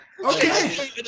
Okay